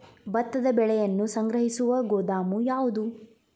ಭತ್ತದ ಬೆಳೆಯನ್ನು ಸಂಗ್ರಹಿಸುವ ಗೋದಾಮು ಯಾವದು?